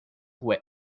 were